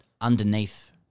underneath